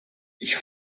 ich